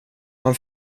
han